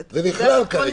זה נכלל כרגע.